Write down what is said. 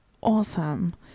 awesome